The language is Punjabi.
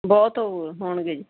ਬਹੁਤ ਹੋ ਹੋਣਗੇ